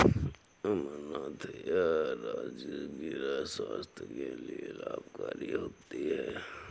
अमरनाथ या राजगिरा स्वास्थ्य के लिए लाभकारी होता है